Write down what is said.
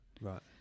Right